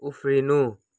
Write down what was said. उफ्रिनु